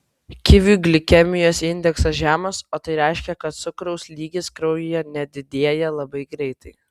kivių glikemijos indeksas žemas o tai reiškia kad cukraus lygis kraujyje nedidėja labai greitai